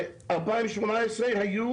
ב-2018 היו